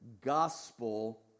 gospel